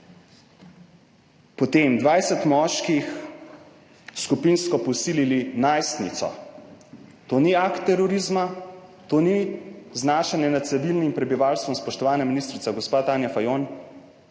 Potem 20 moških skupinsko posilili najstnico. To ni akt terorizma. To ni znašanje nad civilnim prebivalstvom, spoštovana ministrica, gospa Tanja Fajon,